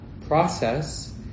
process